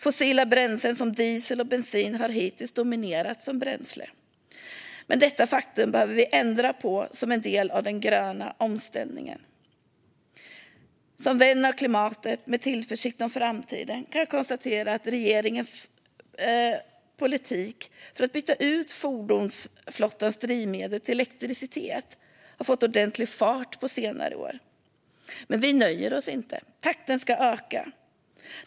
Fossila bränslen som diesel och bensin har hittills dominerat, men detta faktum behöver vi ändra på som en del av den gröna omställningen. Som vän av klimatet med tillförsikt om framtiden kan jag konstatera att regeringens politik för att byta ut fordonsflottans drivmedel till elektricitet har fått ordentlig fart på senare år. Men vi nöjer oss inte. Takten ska öka.